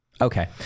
Okay